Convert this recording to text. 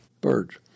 birds